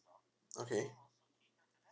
okay